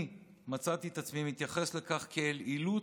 אני מצאתי את עצמי מתייחס לכך כאל אילוץ,